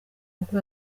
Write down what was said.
kuko